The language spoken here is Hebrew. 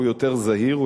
הוא יותר זהיר,